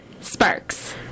Sparks